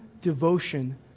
devotion